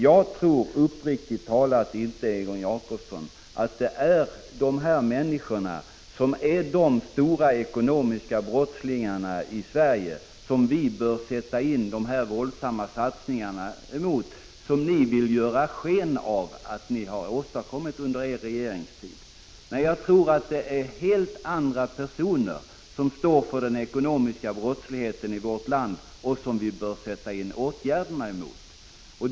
Jag tror uppriktigt talat inte, Egon Jacobsson, att det är dessa människor som är de stora ekonomiska brottslingarna i Sverige och som vi skall sätta in dessa våldsamma satsningar emot. Ni vill göra sken av att det är ni som har åstadkommit dessa satsningar under er regeringstid. Nej, jag tror det är helt andra personer än de nyss nämnda som står för den ekonomiska brottsligheten i vårt land och som vi behöver sätta in åtgärder mot.